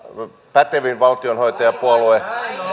pätevin valtionhoitajapuolue